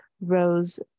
rose